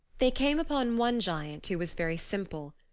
they came upon one giant who was very simple.